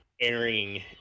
airing